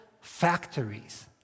factories